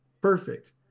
perfect